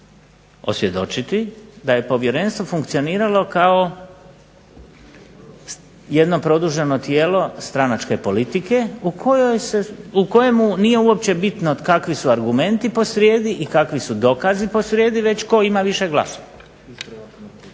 da je povjerenstvo funkcioniralo kao jedno produženo tijelo stranačke politike u kojemu nije uopće bitno kakvi su argumenti posrijedi i kakvi su dokazi posrijedi, već tko ima više glasova.